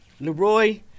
Leroy